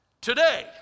today